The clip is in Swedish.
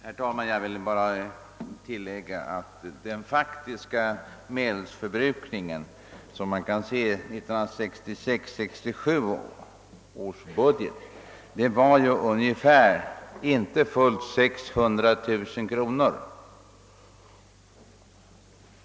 Herr talman! Jag vill bara tillägga att den faktiska medelsförbrukningen härvidlag, som man kan se i 1966/67 års budget, var inte fullt 600 000 kronor.